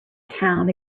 town